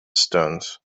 stones